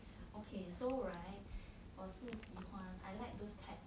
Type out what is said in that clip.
okay so right 我是喜欢 I like those type